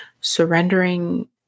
surrendering